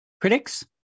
Critics